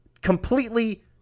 completely